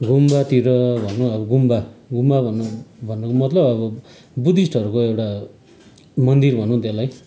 गुम्बातिर भनूँ अब गुम्बा भन्नुको मतलब अब बुद्धिस्टहरूको एउटा मन्दिर भनौँ त्यसलाई